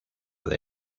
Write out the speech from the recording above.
del